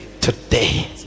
today